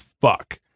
fuck